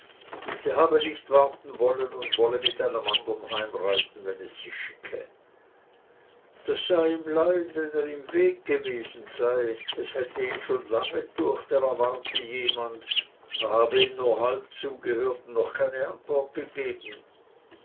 sie habe nicht warten wollen und wolle mit einem andern heimreiten wenn es sich schicke das sei ihm leid wenn er im weg gewesen sei es hätte ihn schon lange düecht er erwarte jemand er habe ihm nur halb zugehört und noch keine antwort gegeben